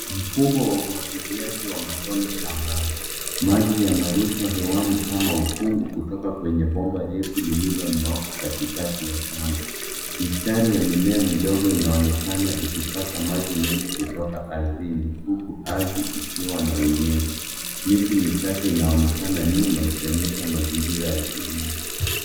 Mfumo wa umwagiliaji wa matone shambani. Maji yanarushwa hewani kama ukungu, kutoka kwenye bomba refu lililonyooka katikati ya shamba. Mistari ya mimea midogo inaonekana ikipata maji mengi kutoka ardhini, huku ardhi ikiwa na unyevu. Miti machache inaonekana nyuma, ikionyesha mazingira ya kilimo.